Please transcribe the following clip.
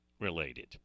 related